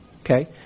Okay